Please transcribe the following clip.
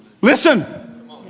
Listen